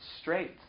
straight